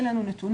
אין לנו נתונים,